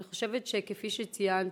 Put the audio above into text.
אני חושבת שכפי שציינת,